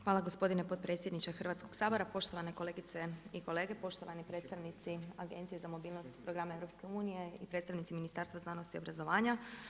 Hvala gospodine potpredsjedniče Hrvatskog sabora, poštovane kolegice i kolege, poštovani predstavnici Agencije za mobilnost programa EU i predstavnici Ministarstva znanosti, obrazovanja.